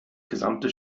gesamte